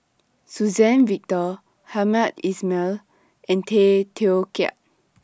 Suzann Victor Hamed Ismail and Tay Teow Kiat